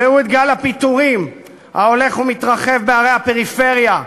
ראו את גל הפיטורים ההולך ומתרחב בערי הפריפריה.